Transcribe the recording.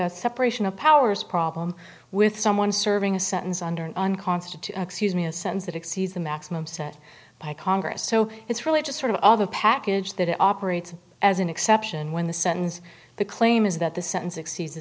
a separation of powers problem with someone serving a sentence under an unconstitutional me a sense that exceeds the maximum set by congress so it's really just sort of all the package that it operates as an exception when the sens the claim is that the sentence exceeds